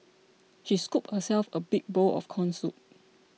she scooped herself a big bowl of Corn Soup